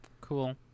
Cool